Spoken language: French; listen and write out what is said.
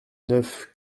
neuf